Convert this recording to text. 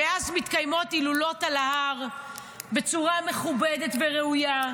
מאז מתקיימות הילולות על ההר בצורה מכובדת וראויה,